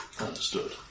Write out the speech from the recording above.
Understood